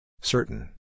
Certain